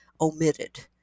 omitted